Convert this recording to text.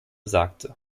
sagte